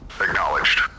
Acknowledged